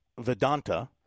Vedanta